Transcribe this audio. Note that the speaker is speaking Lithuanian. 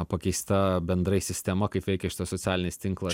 pakeista bendrai sistema kaip veikia šitas socialinis tinklas